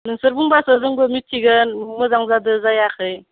नोंसोर बुंब्लासो जोंबो मिथिगोन मोजां जादो जायाखै